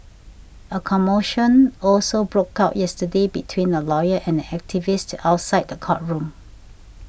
a commotion also broke out yesterday between a lawyer and an activist outside the courtroom